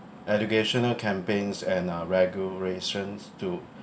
educational campaigns and uh regulations to